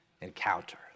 encounter